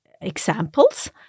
examples